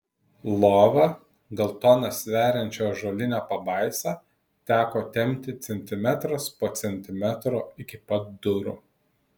lova gal toną sveriančią ąžuolinę pabaisą teko tempti centimetras po centimetro iki pat durų